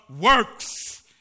works